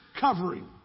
covering